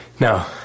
No